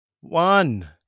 One